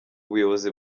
ubuyobozi